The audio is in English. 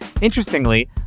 Interestingly